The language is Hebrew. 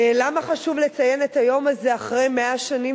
למה חשוב לציין את היום הזה אחרי 100 שנים?